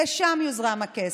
לשם יוזרם הכסף,